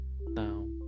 Now